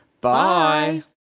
bye